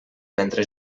mentre